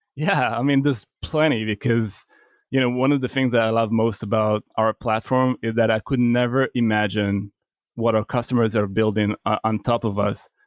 yeah. i mean, there's plenty, because you know one of the things that i love most about our platform is that i could never imagine what our customers are building on top of us,